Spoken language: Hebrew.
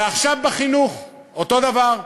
ועכשיו בחינוך, אותו דבר,